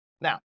Now